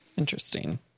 interesting